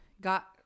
got